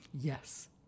Yes